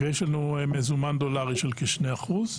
ויש לנו מזומן דולרי של כ-2%.